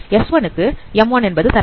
S1 க்கு m1 என்பது சராசரி